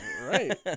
Right